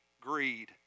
greed